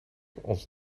ons